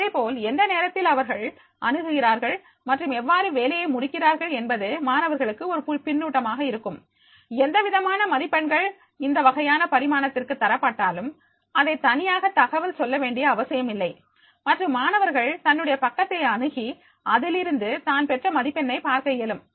அதேபோல் எந்த நேரத்தில் அவர்கள் அணுகுகிறார்கள் மற்றும் எவ்வாறு வேலையை முடிக்கிறார்கள் என்பது மாணவர்களுக்கு ஒரு பின்னூட்டமாக இருக்கும் எந்தவிதமான மதிப்பெண்கள் இந்த வகையான பரிமாணத்திற்கு தரப்பட்டாலும் அதை தனியாக தகவல் சொல்ல வேண்டிய அவசியமில்லை மற்றும் மாணவர்கள் தன்னுடைய பக்கத்தை அணுகி அதிலிருந்து தான் பெற்ற மதிப்பெண்ணை பார்க்க இயலும்